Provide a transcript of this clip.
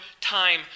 time